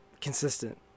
consistent